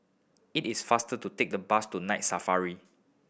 it is faster to take the bus to Night Safari